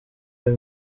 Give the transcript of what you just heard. iyo